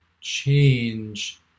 change